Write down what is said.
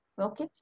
Okay